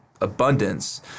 abundance